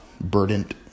burdened